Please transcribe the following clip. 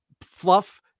fluff